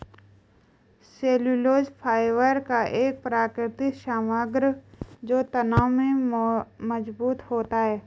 cellulose fibre का एक प्राकृतिक समग्र जो तनाव में मजबूत होता है